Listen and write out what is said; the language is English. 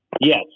Yes